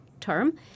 term